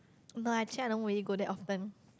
no actually I don't really go there often